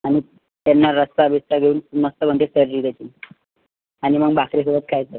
आणि त्यांना रस्सा बिस्सा देऊन मस्त बनते तर्री त्याची आणि मग भाकरीसोबत खायचं